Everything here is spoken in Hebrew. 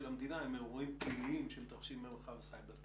המדינה הם אירועים פליליים שמתרחשים במרחב הסייבר.